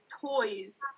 toys